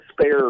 spare